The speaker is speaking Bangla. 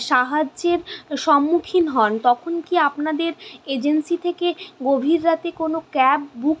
সাহায্যের সম্মুখীন হন তখন কি আপনাদের এজেন্সি থেকে গভীর রাতে কোনো ক্যাব বুক